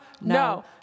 no